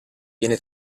viene